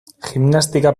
gimnastika